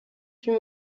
plus